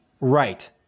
Right